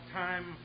time